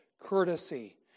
courtesy